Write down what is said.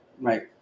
Right